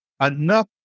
Enough